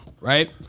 right